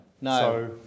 no